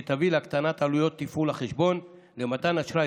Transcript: שתביא להקטנת עלויות תפעול החשבון ולמתן אשראי